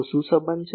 તો શું સંબંધ છે